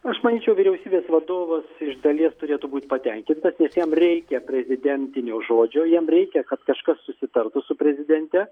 aš manyčiau vyriausybės vadovas iš dalies turėtų būt patenkintas nes jam reikia prezidentinio žodžio jam reikia kad kažkas susitartų su prezidente